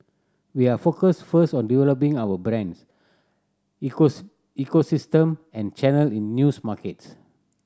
we are focused first on developing our brands ecosystem and channel in news markets